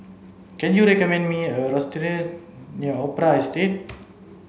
can you recommend me a near Opera Estate